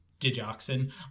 digoxin